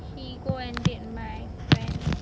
he go and date my friend